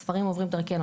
הספרים עוברים דרכנו,